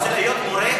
אתה רוצה להיות מורה?